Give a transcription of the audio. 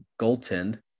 goaltend